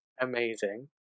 Amazing